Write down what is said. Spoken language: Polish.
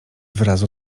wyrazu